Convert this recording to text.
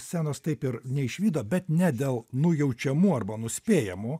scenos taip ir neišvydo bet ne dėl nujaučiamų arba nuspėjamų